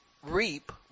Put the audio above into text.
Reap